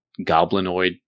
goblinoid